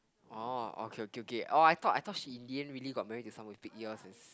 oh okay okay okay orh I thought I thought she in the end really got married with someone with big ears